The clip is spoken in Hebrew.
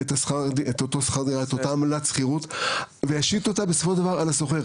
את אותה עמלת שכירות וישיתו אותה בסופו של דבר על השוכר.